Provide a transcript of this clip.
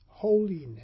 Holiness